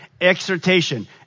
exhortation